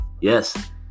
yes